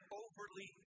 overly